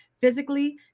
physically